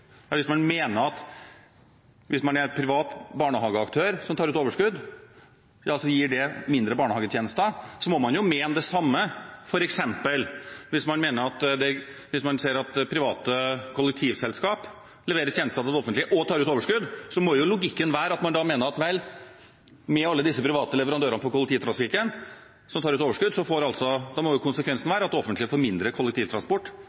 at hvis man mener at det at en privat barnehageaktør leverer en tjeneste det offentlige har bedt om og tar ut overskudd, gir færre barnehagetjenester, må man jo mene det samme om f.eks. private kollektivselskaper som leverer tjenester til det offentlige og tar ut overskudd. Da må logikken være at man mener at konsekvensen av at de private leverandørene innen kollektivtrafikken tar ut overskudd, er at det offentlige får mindre kollektivtransport